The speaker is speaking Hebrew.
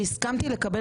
מדינת ישראל צריכה לקחת